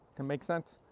and make sense?